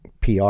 PR